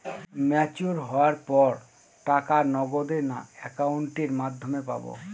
Mature হওয়ার পর টাকা নগদে না অ্যাকাউন্টের মাধ্যমে পাবো?